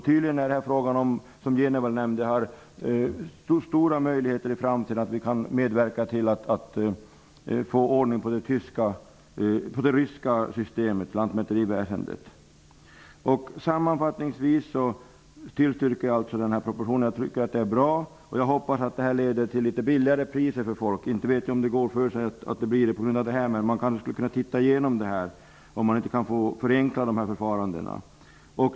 Tydligen är det, som Bo G Jenevall här nämnde, fråga om så stora möjligheter i framtiden att vi kan medverka till att få ordning på det ryska systemet när det gäller lantmäteriväsendet. Sammanfattningsvis tillstyrker jag propositionen. Jag tycker att förslagen är bra. Jag hoppas att det här leder till något lägre priser för människor. Inte vet jag om det går, men man kunde väl se över detta och undersöka om det inte går att förenkla förfarandet.